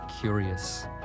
curious